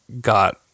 got